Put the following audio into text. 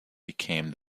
became